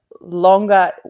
longer